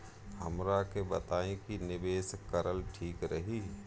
हमरा के बताई की निवेश करल ठीक रही?